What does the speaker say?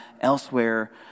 elsewhere